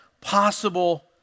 possible